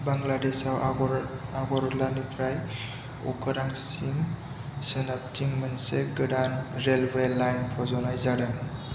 बांलादेशआव आगरतलानिफ्राय अखोंरासिम सोनाबथिं मोनसे गोदान रेलवै लाइन फज'नाय जादों